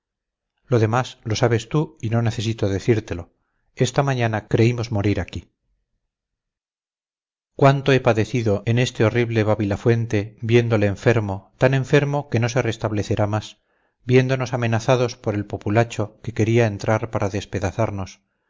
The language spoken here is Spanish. lo demás lo sabes tú y no necesito decírtelo esta mañana creímos morir aquí cuánto he padecido en este horrible babilafuente viéndole enfermo tan enfermo que no se restablecerá más viéndonos amenazados por el populacho que quería entrar para despedazarnos